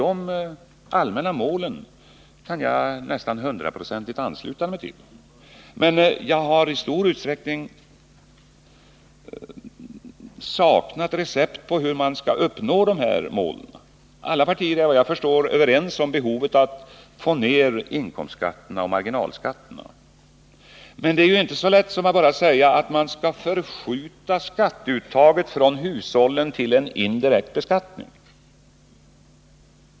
De allmänna målen kan jag nästan hundraprocentigt ansluta mig till, men jag har i stor utsträckning saknat recept på hur man skall uppnå dessa mål. Alla partier är vad jag förstår överens om behovet av att få ner inkomstskatterna och marginalskatterna, men det är inte så lätt som att bara säga att man skall förskjuta skatteuttaget från hushållen till en indirekt beskattning.